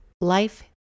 Life